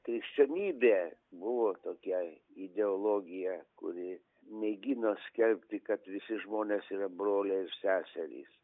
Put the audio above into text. krikščionybė buvo tokia ideologija kuri mėgino skelbti kad visi žmonės yra broliai ir seserys